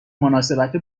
مناسبت